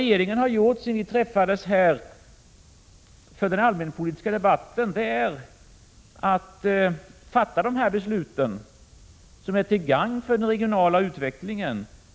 Regeringen har, efter den allmänpolitiska debatten, fattat sådana beslut som är till gagn för den regionala utvecklingen.